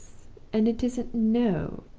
and it isn't no,